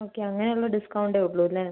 okay അങ്ങനെ ഉള്ള ഡിസ്കൗണ്ടേ ഉള്ളൂലേ